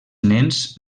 nens